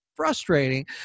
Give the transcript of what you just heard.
frustrating